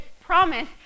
promise